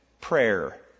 prayer